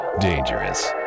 dangerous